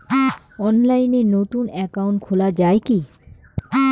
অনলাইনে নতুন একাউন্ট খোলা য়ায় কি?